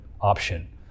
option